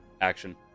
action